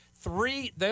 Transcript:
three